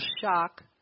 shock